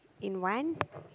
in one